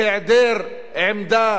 בהיעדר עמדה